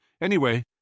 Anyway